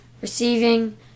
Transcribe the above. Receiving